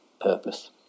purpose